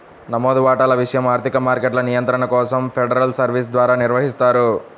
నమోదు వాటాల విషయం ఆర్థిక మార్కెట్ల నియంత్రణ కోసం ఫెడరల్ సర్వీస్ ద్వారా నిర్వహిస్తారు